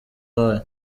wayo